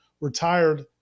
retired